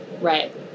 Right